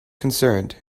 concerned